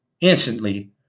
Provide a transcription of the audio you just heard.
instantly